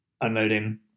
unloading